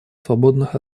свободных